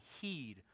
heed